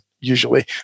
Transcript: usually